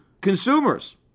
consumers